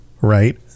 right